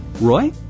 Roy